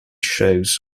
shows